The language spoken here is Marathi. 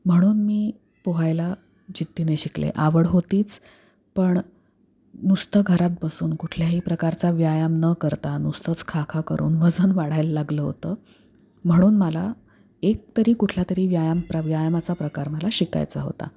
म्हणून मी पोहायला जिद्दीने शिकले आवड होतीच पण नुसतं घरात बसून कुठल्याही प्रकारचा व्यायाम न करता नुसतंच खा खा करून वजन वाढायला लागलं होतं म्हणून मला एकतरी कुठलातरी व्यायाम प्र व्यायामाचा प्रकार मला शिकायचा होता